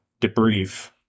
debrief